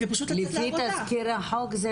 לפי תזכיר החוק זה